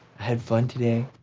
had fun today,